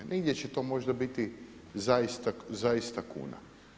Negdje će to možda biti zaista kuna.